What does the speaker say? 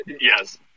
Yes